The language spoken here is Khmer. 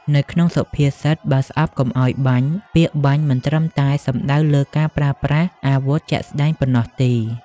នៅក្នុងសុភាសិត "បើស្អប់កុំឲ្យបាញ់" ពាក្យ "បាញ់" មិនត្រឹមតែសំដៅលើការប្រើប្រាស់អាវុធជាក់ស្តែងប៉ុណ្ណោះទេ។